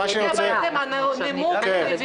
--- אבל זה הנימוק לרוויזיה.